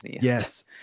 Yes